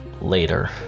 later